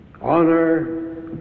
honor